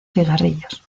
cigarrillos